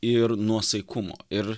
ir nuosaikumo ir